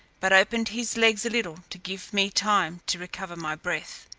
but opened his legs a little to give me time to recover my breath.